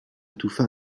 étouffa